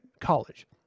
college